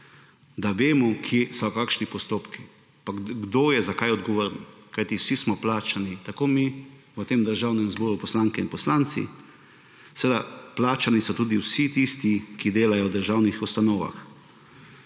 da vemo, kje so kakšni postopki, pa kdo je za kaj odgovoren. Kajti vsi smo plačani, tako mi v tem državnem zboru, poslanke in poslanci, seveda plačani so tudi vsi tisti, ki delajo v državnih ustanovah,